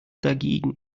dagegen